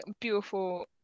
beautiful